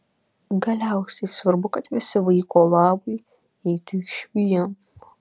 galiausiai svarbu kad visi vaiko labui eitų išvien